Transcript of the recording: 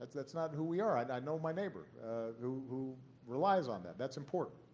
that's not who we are. and i know my neighbor who who relies on that that's important.